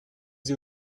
sie